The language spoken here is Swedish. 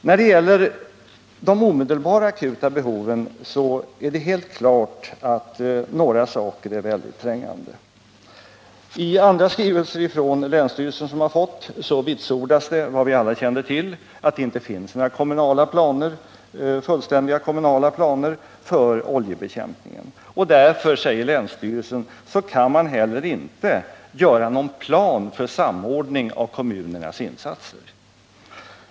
När det gäller de omedelbara, akuta behoven är det helt klart att några saker är väldigt trängande. I andra skrivelser från länsstyrelsen som jag har fått vitsordas vad vi alla kände till, att det inte finns några fullständiga kommunala planer för oljebekämpningen. Därför, säger länsstyrelsen, kan man heller inte göra någon plan för samordning av kommunernas insatser.